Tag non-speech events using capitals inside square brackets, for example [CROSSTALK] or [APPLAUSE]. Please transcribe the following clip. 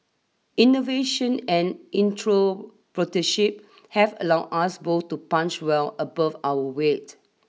innovation and [UNINTELLIGIBLE] have allowed us both to punch well above our weight